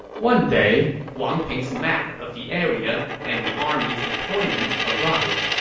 one day, wang ping's map of the area and the army's deployment arrived.